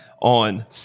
on